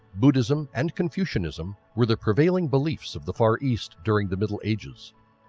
buddhism and confucianism were the prevailing beliefs of the far east during the middle ages.